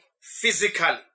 physically